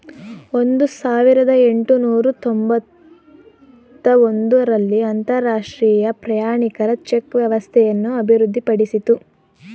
ಒಂದು ಸಾವಿರದ ಎಂಟುನೂರು ತೊಂಬತ್ತ ಒಂದು ರಲ್ಲಿ ಅಂತರಾಷ್ಟ್ರೀಯ ಪ್ರಯಾಣಿಕರ ಚೆಕ್ ವ್ಯವಸ್ಥೆಯನ್ನು ಅಭಿವೃದ್ಧಿಪಡಿಸಿತು